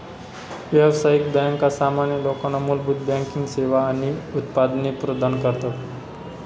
व्यावसायिक बँका सामान्य लोकांना मूलभूत बँकिंग सेवा आणि उत्पादने प्रदान करतात